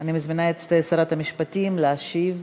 אני מזמינה את שרת המשפטים להשיב.